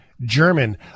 German